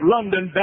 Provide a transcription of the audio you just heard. London